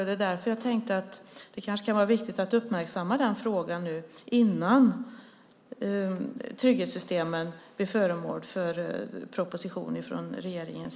Det var därför jag tänkte att det kan vara viktigt att uppmärksamma frågan innan trygghetssystemen blir föremål för proposition från regeringen.